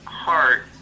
heart